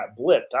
blipped